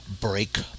break